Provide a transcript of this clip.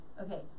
Okay